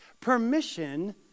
permission